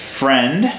friend